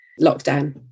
lockdown